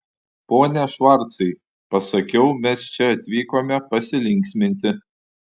pone švarcai pasakiau mes čia atvykome pasilinksminti